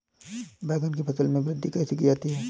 बैंगन की फसल में वृद्धि कैसे की जाती है?